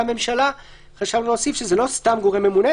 הממשלה חשבנו להוסיף שזה לא סתם גורם ממונה,